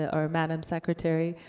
or madame secretary,